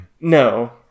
No